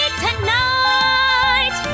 tonight